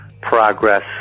Progress